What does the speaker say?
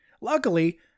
luckily